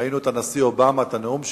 ראינו את הנשיא אובמה, את הנאום שלו,